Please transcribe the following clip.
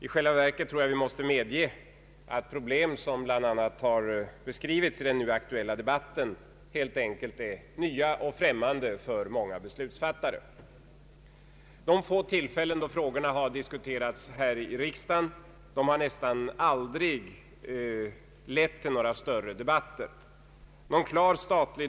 I själva verket tror jag att vi måste medge att problem, som bland annat har beskrivits i den nu aktuella debatten, helt enkelt är nya och främmande för många beslutsfattare. De få tillfällen då frågorna diskuterats här i riksdagen har nästan aldrig lett till några större debatter.